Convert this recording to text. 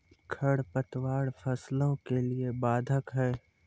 खडपतवार फसलों के लिए बाधक हैं?